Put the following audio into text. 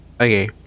Okay